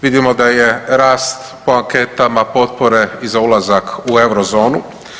Vidimo da je rast po anketama potpore i za ulazak u euro zonu.